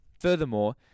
Furthermore